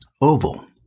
Oval